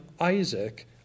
Isaac